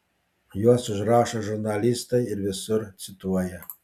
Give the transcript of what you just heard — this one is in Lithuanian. juos užrašo žurnalistai ir visur cituoja